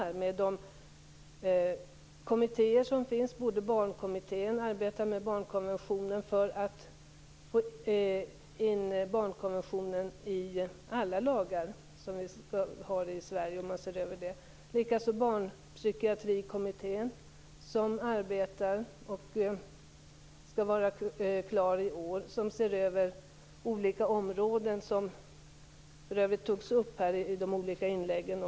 Jag tänker då på de kommittéer som redan finns. Det gäller Barnkommittén, som arbetar för att få in barnkonventionen i alla lagar som vi har i Sverige, och det gäller Barnpsykiatrikommittén, som ser över olika områden och som skall var klar i år - detta arbete togs för övrigt upp i olika inlägg tidigare i debatten.